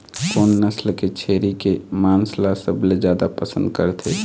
कोन नसल के छेरी के मांस ला सबले जादा पसंद करथे?